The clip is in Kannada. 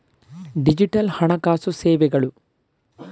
ಡಿಜಿಟಲ್ ಹಣಕಾಸು ಸೇವೆಗಳು